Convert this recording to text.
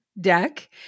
deck